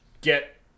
get